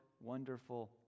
wonderful